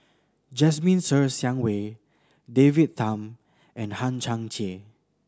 Jasmine Ser Xiang Wei David Tham and Hang Chang Chieh